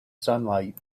sunlight